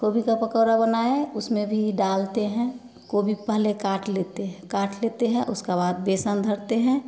गोभी का पकौड़ा बनाए उसमें भी डालते हैं कोभी पहले काट लेते है काट लेते हैं उसका बाद बेसन धरते हैं